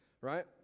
right